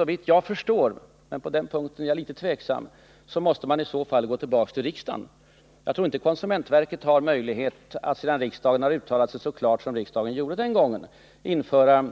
Såvitt jag förstår — men på den punkten är jag litet tveksam — måste man i så fall dock gå tillbaka till riksdagen. Jag tror inte att konsumentverket har möjlighet att, sedan riksdagen har uttalat sig så klart som den en gång gjort, införa